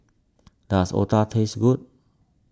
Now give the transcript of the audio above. does Otah taste good